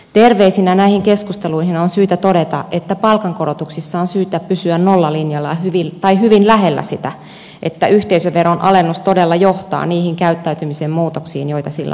terveisinä näihin keskusteluihin on syytä todeta että palkankorotuksissa on syytä pysyä nollalinjalla tai hyvin lähellä sitä että yhteisöveron alennus todella johtaa niihin käyttäytymisen muutoksiin joita sillä on tavoiteltu